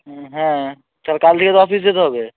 ও হ্যাঁ তাহলে কাল থেকে তো অফিস যেতে হবে